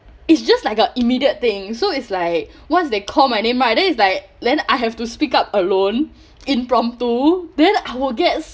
it's just like a immediate thing so it's like once they call my name right then is like then I have to speak up alone impromptu then I will get